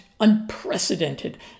unprecedented